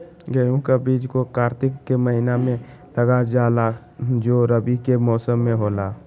गेहूं का बीज को कार्तिक के महीना में लगा जाला जो रवि के मौसम में होला